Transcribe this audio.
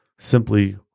Simply